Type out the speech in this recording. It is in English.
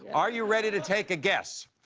are you ready to take a guess,